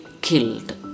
killed